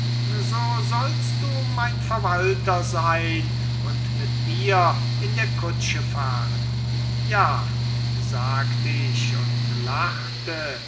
so sollst du mein verwalter seyn und mit mir in der kutsche fahren ja sagt ich und lachte